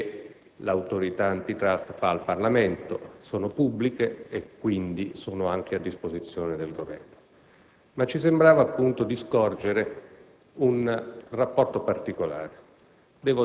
che l'Autorità *antitrust* fa al Parlamento; esse sono pubbliche e quindi anche a disposizione del Governo. Ci sembrava però di scorgere un rapporto particolare.